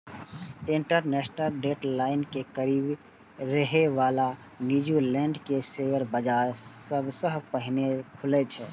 international date line के करीब रहै बला न्यूजीलैंड के शेयर बाजार सबसं पहिने खुलै छै